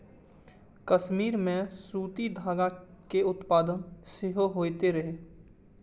कश्मीर मे सूती धागा के उत्पादन सेहो होइत रहै